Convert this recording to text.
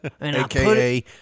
AKA